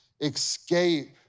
escape